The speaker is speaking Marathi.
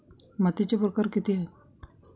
मातीचे प्रकार किती आहेत?